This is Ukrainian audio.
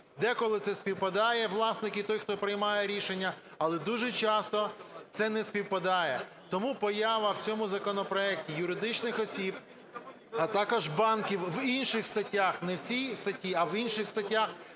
Деколи це співпадає, власник і той, хто приймає рішення, але дуже часто, це не співпадає. Тому поява в цьому законопроекті юридичних осіб, а також банків в інших статтях, не в цій статті, а в інших статтях,